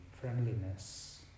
friendliness